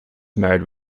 married